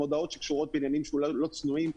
מודעות שקשורות לעניין אולי לא צנועים?